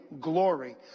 glory